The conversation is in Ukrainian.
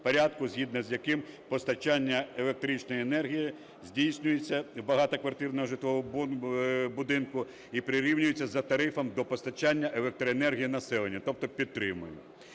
згідно з яким постачання електричної енергії здійснюється в багатоквартирному житловому будинку і прирівнюється за тарифом до постачання електроенергії населенню. Тобто підтримує.